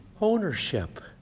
Ownership